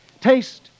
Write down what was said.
Taste